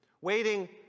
waiting